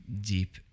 deep